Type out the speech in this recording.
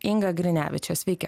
inga grinevičė sveiki